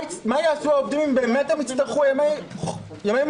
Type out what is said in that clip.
מה יעשו העובדים אם באמת הם יצטרכו ימי מחלה